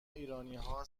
ایرانیها